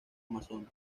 amazonas